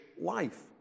life